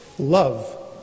Love